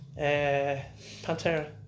Pantera